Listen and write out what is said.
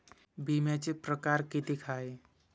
बिम्याचे परकार कितीक हाय?